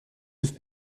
have